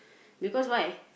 because why